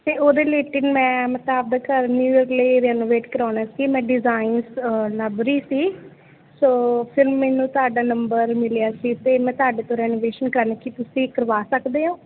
ਅਤੇ ਉਹਦੇ ਰਿਲੈਟੇਡ ਮੈਂ ਮਤਲਬ ਆਪਦਾ ਘਰ ਨਿਊ ਈਅਰ ਲਈ ਰੈਨੂਵੇਟ ਕਰਾਉਣਾ ਸੀ ਮੈਂ ਡਿਜਾਨਸ ਲਭ ਰਹੀ ਸੀ ਸੋ ਫੇਰ ਮੈਨੂੰ ਤੁਹਾਡਾ ਨੰਬਰ ਮਿਲਿਆ ਸੀ ਅਤੇ ਮੈ ਤੁਹਾਡੇ ਤੋਂ ਰੈਨੋਵੈਸ਼ਨ ਕਰਵਾਉਣੀ ਸੀ ਕਿ ਤੁਸੀਂ ਕਰਵਾ ਸਕਦੇ ਹੋ